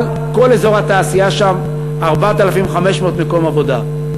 אבל כל אזור התעשייה שם, 4,500 מקומות עבודה.